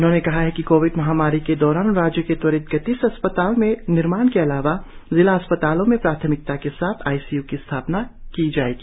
उन्होंने कहा है कि कोविड महामारी के दौरान राज्य में त्वरित गति से अस्पतालों के निर्माण के अलावा जिला अस्पतालों में प्राथमिकता के साथ आई सी यू स्थापित किया गया है